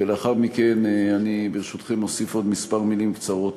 ולאחר מכן, ברשותכם, אני אוסיף כמה מילים בקצרה.